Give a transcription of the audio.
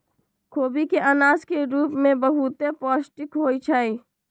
खोबि के अनाज के रूप में बहुते पौष्टिक होइ छइ